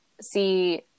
see